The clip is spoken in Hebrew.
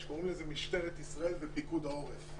שקוראים להן "משטרת ישראל ופיקוד העורף".